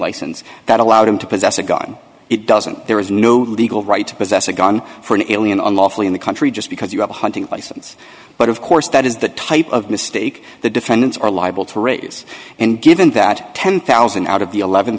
license that allowed him to possess a gun it doesn't there is no legal right to possess a gun for an alien unlawfully in the country just because you have a hunting license but of course that is the type of mistake the defendants are liable to raise and given that ten thousand out of the eleven